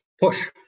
push